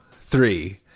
three